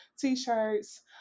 T-shirts